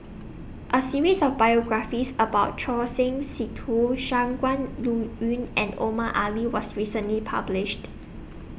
A series of biographies about Choor Singh Sidhu Shangguan Liuyun and Omar Ali was recently published